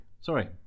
Sorry